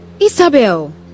Isabel